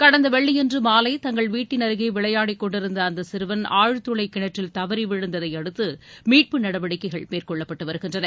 கடந்த வெள்ளியன்று மாலை தங்கள் வீட்டின் அருகே விளையாடிக் கொண்டிருந்த அந்த சிறுவன் ஆழ்துளை கிணற்றில் தவறி விழுந்ததை அடுத்து மீட்பு நடவடிக்கைகள் மேற்கொள்ளப்பட்டு வருகின்றன